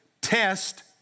test